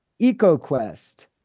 EcoQuest